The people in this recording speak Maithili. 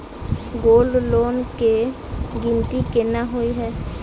गोल्ड लोन केँ गिनती केना होइ हय?